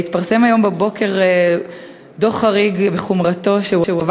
התפרסם היום בבוקר דוח חריג בחומרתו שהועבר